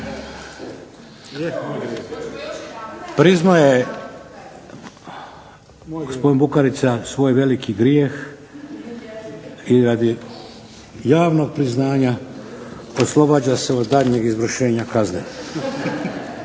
Priznao je gospodin Bukarica svoj veliki grijeh i radi javnog priznanja oslobađa se od daljnjeg izvršenja kazne.